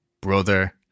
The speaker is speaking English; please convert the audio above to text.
Brother